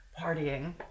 partying